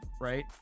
right